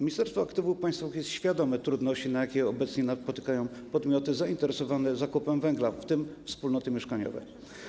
Ministerstwo Aktywów Państwowych jest świadome trudności, jakie obecnie napotykają podmioty zainteresowane zakupem węgla, w tym wspólnoty mieszkaniowe.